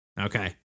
Okay